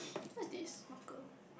what's this marker